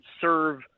serve